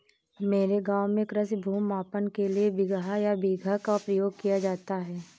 मेरे गांव में कृषि भूमि मापन के लिए बिगहा या बीघा का प्रयोग किया जाता है